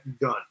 done